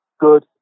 good